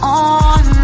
on